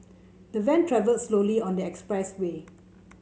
the van travelled slowly on the expressway